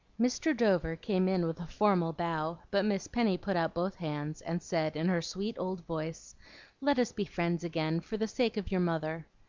mr. dover came in with a formal bow, but miss penny put out both hands, and said in her sweet old voice let us be friends again for the sake of your mother.